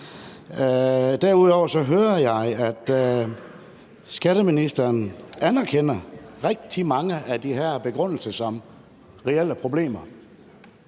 Derudover hører jeg, at skatteministeren anerkender rigtig mange af de her begrundelser som reelle problemer,